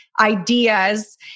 ideas